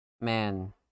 man